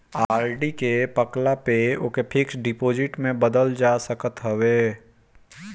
RD के पकला पअ ओके फिक्स डिपाजिट में बदल जा सकत हवे